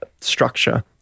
structure